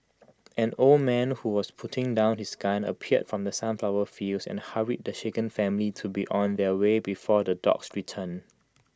an old man who was putting down his gun appeared from the sunflower fields and hurried the shaken family to be on their way before the dogs return